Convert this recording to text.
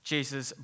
Jesus